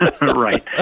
Right